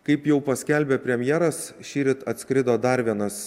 kaip jau paskelbė premjeras šįryt atskrido dar vienas